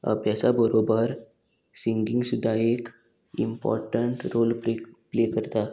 अभ्यासा बरोबर सिंगींग सुद्दां एक इम्पोर्टंट रोल प्ले प्ले करता